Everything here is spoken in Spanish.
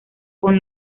con